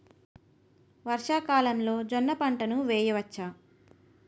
వర్షాకాలంలో జోన్న పంటను వేయవచ్చా?